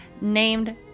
Named